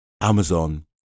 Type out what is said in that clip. Amazon